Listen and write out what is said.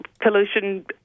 pollution